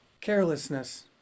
Carelessness